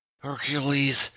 Hercules